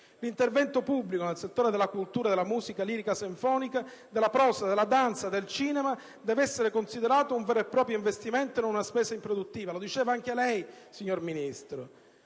L'intervento pubblico nel settore della cultura, della musica lirica e sinfonica, della prosa, della danza, del cinema deve essere considerato un vero e proprio investimento e non una spesa improduttiva; lo diceva anche lei, signor Ministro.